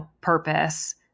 purpose